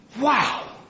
Wow